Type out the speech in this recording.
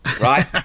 Right